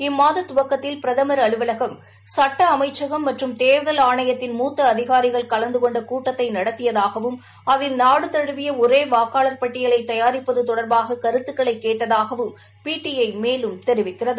இம்மாத துவக்கத்தில் பிரதமர் அலுவலகம் சட்ட அமைச்சகம் மற்றம் தேர்தல் ஆணையத்தின் மூத்த அதிகாரிகள் கலந்து கொண்ட கூட்டத்தை நடத்தியதாகவும் அதில் நாடு தமுவிய ஒரே வாக்காளர் பட்டியலை தயாரிப்பது தொடர்பாக கருத்துக்களை கேட்டதாகவும் பிடிஐ மேலும் தெரிவிக்கிறது